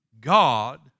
God